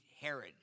Herod